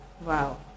Wow